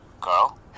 Carl